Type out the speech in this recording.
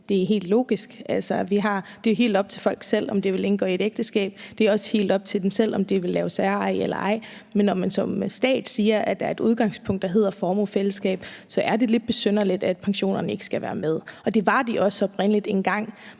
det er helt logisk. Det er jo helt op til folk selv, om de vil indgå i et ægteskab. Det er også op til dem selv, om de vil lave særeje eller ej. Men når man som stat siger, at der er et udgangspunkt, der hedder formuefællesskab, så er det lidt besynderligt, at pensionerne ikke skal være med. Det var de også oprindelig, engang.